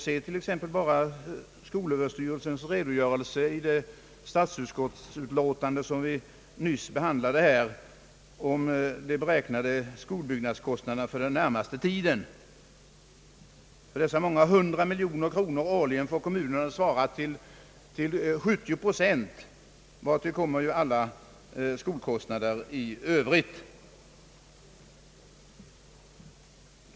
Se t.ex. bara på skolöverstyrelsens redogörelse i det statsutskottsutlåtande som vi nyss behandlade om de beräknade skolbyggnadskostnaderna för den närmaste tiden. Av dessa många hundra miljoner kronor årligen får kommunerna svara för 70 procent, vartill kommer alla skolkostnader i övrigt.